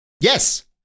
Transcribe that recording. Yes